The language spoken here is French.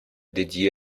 dédié